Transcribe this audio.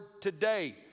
today